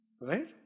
Right